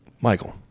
Michael